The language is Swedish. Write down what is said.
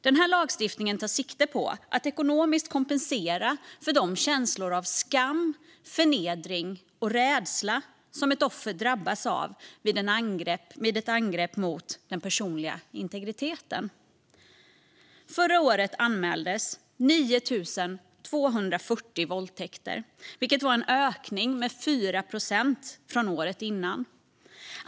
Den här lagstiftningen tar sikte på att ekonomiskt kompensera för de känslor av skam, förnedring och rädsla som ett offer drabbas av vid ett angrepp mot den personliga integriteten. Förra året anmäldes 9 240 våldtäkter, vilket var en ökning med 4 procent från året innan.